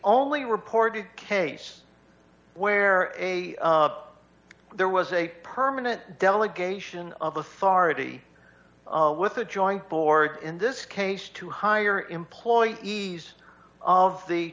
only reported case where a there was a permanent delegation of authority with a joint board in this case to hire employees of the